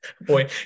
boy